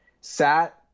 sat